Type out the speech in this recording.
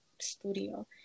studio